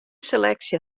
seleksje